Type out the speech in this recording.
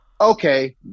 okay